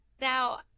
Now